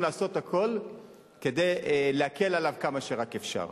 לעשות הכול כדי להקל עליו כמה שרק אפשר.